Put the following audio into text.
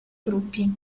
gruppi